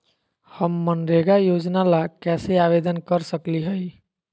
हम मनरेगा योजना ला कैसे आवेदन कर सकली हई?